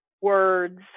words